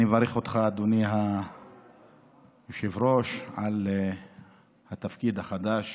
אני מברך אותך, אדוני היושב-ראש, על התפקיד החדש